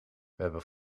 hebben